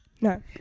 No